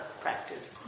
practice